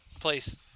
Please